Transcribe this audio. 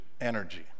energy